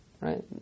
right